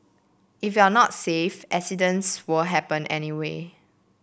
if you're not safe accidents will happen anyway